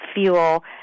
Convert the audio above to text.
fuel